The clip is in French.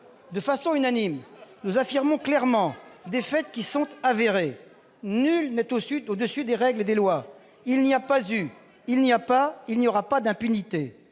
De façon unanime, nous affirmons clairement la gravité des faits qui sont avérés. Nul n'est au-dessus des règles et des lois : il n'y a pas eu, il n'y a pas et il n'y aura pas d'impunité.